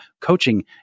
coaching